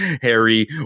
Harry